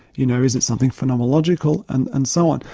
you know, is it something phenomenological and and so on.